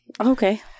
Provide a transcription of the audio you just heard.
Okay